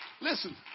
Listen